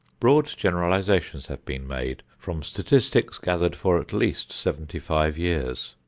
broad generalizations have been made from statistics gathered for at least seventy-five years.